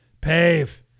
pave